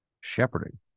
shepherding